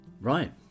Right